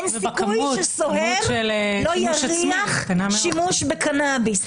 אין סיכוי שסוהר לא יריח שימוש בקנאביס.